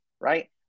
right